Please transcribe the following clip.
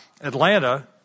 Atlanta